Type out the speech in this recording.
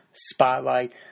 Spotlight